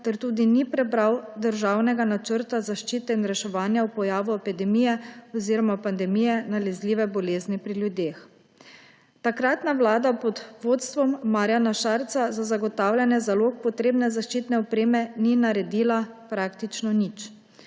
ter tudi ni prebral državnega načrta zaščite in reševanja ob pojavu epidemije oziroma pandemije nalezljive bolezni pri ljudeh. Takratna vlada pod vodstvom Marjana Šarca za zagotavljanje zalog potrebne zaščitne opreme ni naredila praktično nič.